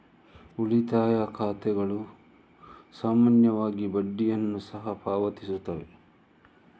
ಉಳಿತಾಯ ಖಾತೆಗಳು ಸಾಮಾನ್ಯವಾಗಿ ಬಡ್ಡಿಯನ್ನು ಸಹ ಪಾವತಿಸುತ್ತವೆ